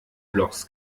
blogs